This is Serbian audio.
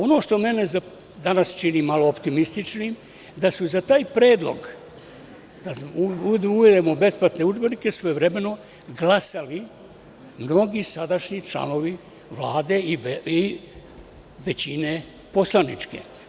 Ono što mene danas čini malo optimističnim, da su za taj predlog, da uvedemo besplatne udžbenike, svojevremeno glasali mnogi sadašnji članovi Vlade i poslaničke većine.